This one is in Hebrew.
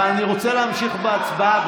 אבל אני רוצה להמשיך בהצבעה,